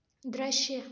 दृश्य